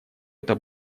это